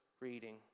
reading